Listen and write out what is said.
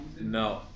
no